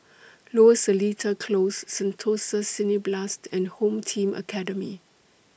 Lower Seletar Close Sentosa Cineblast and Home Team Academy